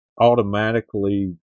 automatically